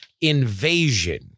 invasion